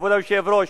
כבוד היושב-ראש,